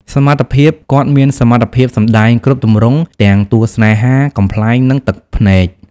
សមត្ថភាព គាត់មានសមត្ថភាពសម្ដែងគ្រប់ទម្រង់ ទាំងតួស្នេហា កំប្លែង និងទឹកភ្នែក។